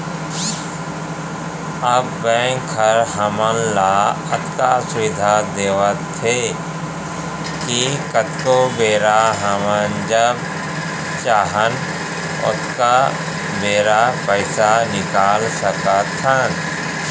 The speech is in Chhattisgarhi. अब बेंक ह हमन ल अतका सुबिधा देवत हे कि कतको बेरा हमन जब चाहन ओतका बेरा पइसा निकाल सकत हन